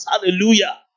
Hallelujah